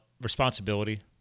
responsibility